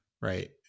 right